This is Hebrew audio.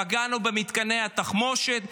פגענו במתקני התחמושת,